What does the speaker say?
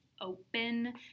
open